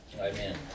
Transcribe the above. Amen